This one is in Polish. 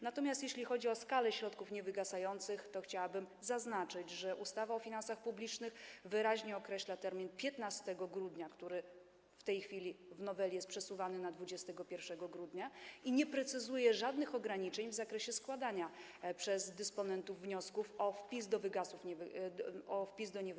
Natomiast jeśli chodzi o skalę środków niewygasających, chciałabym zaznaczyć, że ustawa o finansach publicznych wyraźnie określa termin 15 grudnia, który w tej chwili w noweli jest przesuwany na 21 grudnia, i nie precyzuje żadnych ograniczeń w zakresie składania przez dysponentów wniosków o wpis do niewygasów.